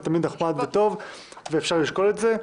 זה תמיד נחמד וטוב ואפשר לשקול את זה.